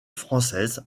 française